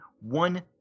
One